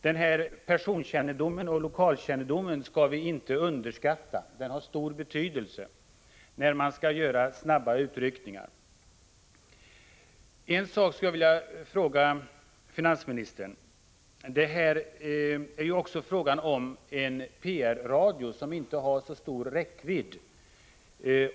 Denna personkännedom och lokalkännedom skall vi inte underskatta. Den har stor betydelse när man skall göra snabba utryckningar. En sak skulle jag vilja fråga finansministern. Det är ju här också fråga om en PR-radio som inte har så stor räckvidd.